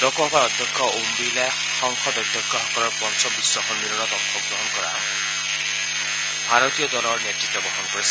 লোকসভাৰ অধ্যক্ষ ওম বিৰলাই সংসদ অধ্যক্ষসকলৰ পঞ্চম বিশ্ব সন্মিলনত অংশগ্ৰহণ কৰা ভাৰতীয় দলৰ নেতৃত বহন কৰিছে